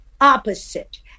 opposite